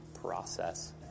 process